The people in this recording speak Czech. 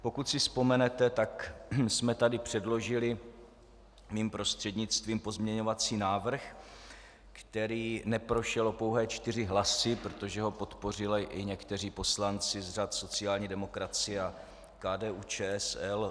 Pokud si vzpomenete, tak jsme tady předložili mým prostřednictvím pozměňovací návrh, který neprošel o pouhé čtyři hlasy, protože ho podpořili i někteří poslanci z řad sociální demokracie a KDUČSL.